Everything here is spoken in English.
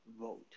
vote